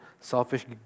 selfish